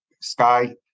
Sky